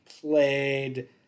played